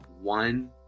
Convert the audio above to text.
One